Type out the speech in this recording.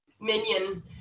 minion